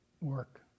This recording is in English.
work